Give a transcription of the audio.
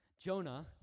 Jonah